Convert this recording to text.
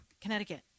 Connecticut